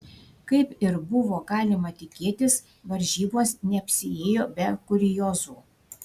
kaip ir buvo galima tikėtis varžybos neapsiėjo be kuriozų